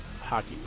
hockey